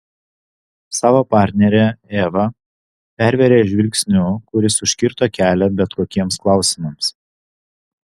savo partnerę eva pervėrė žvilgsniu kuris užkirto kelią bet kokiems klausimams